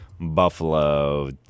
Buffalo